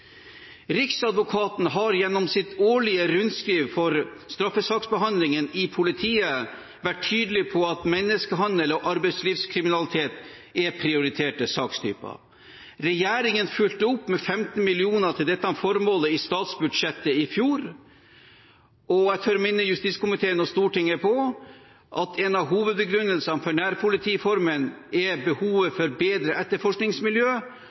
Riksadvokaten har gjennom sitt årlige rundskriv om straffesaksbehandlingen i politiet vært tydelig på at menneskehandel og arbeidslivskriminalitet er prioriterte sakstyper. Regjeringen fulgte opp med 15 mill. kr til dette formålet i statsbudsjettet i fjor, og jeg tør minne justiskomiteen og Stortinget på at en av hovedbegrunnelsene for nærpolitireformen er behovet for bedre etterforskningsmiljø